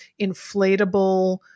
inflatable